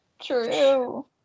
True